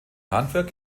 handwerk